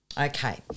Okay